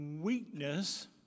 weakness